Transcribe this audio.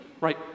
Right